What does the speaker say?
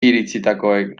iritsitakoen